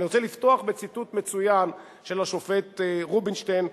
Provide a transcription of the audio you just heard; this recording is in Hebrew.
ואני רוצה לפתוח בציטוט מצוין של השופט רובינשטיין,